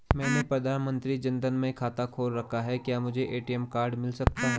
मैंने प्रधानमंत्री जन धन में खाता खोल रखा है क्या मुझे ए.टी.एम कार्ड मिल सकता है?